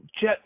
jet